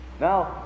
Now